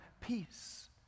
peace